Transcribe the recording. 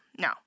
No